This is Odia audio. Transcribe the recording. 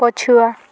ପଛୁଆ